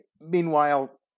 Meanwhile